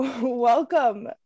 welcome